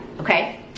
Okay